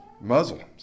Muslims